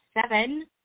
seven